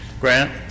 Grant